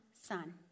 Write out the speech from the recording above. son